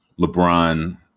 LeBron